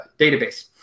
database